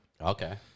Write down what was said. Okay